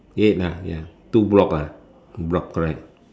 eight ah ya two block ah block correct